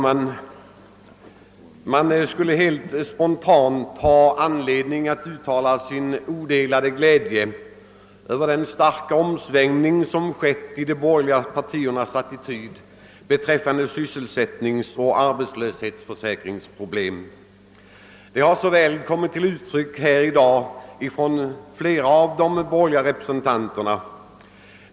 Herr talman! Det finns anledning att uttala en spontan och odelad glädje över den stora omsvängning som skett i de borgerliga partiernas attityd till sysselsättningsoch = arbetslöshetsförsäkringsproblemen. Den har kommit till uttryck här i dag i flera av de borgerliga representanternas anföranden.